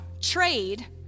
trade